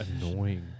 annoying